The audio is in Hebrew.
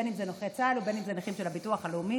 בין שזה נכי צה"ל ובין שזה נכים של הביטוח הלאומי,